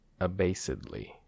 abasedly